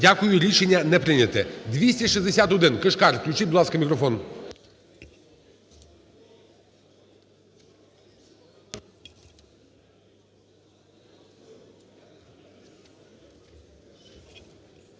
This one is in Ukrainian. Дякую. Рішення не прийняте. 261, Кишкар. Включіть, будь ласка, мікрофон.